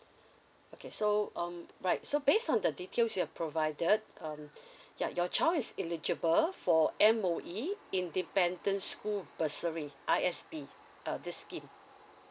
okay so um right so based on the details you have provided um ya your child is eligible for M_O_E independent school bursary I_S_P uh this scheme